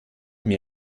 mir